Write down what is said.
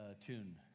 tune